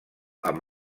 amb